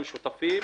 חודש?